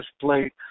plate